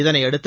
இதனையடுத்து